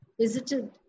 visited